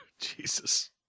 Jesus